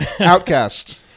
Outcast